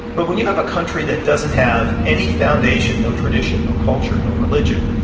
but when you have a country that doesn't have any foundation, no tradition, no culture, no religion,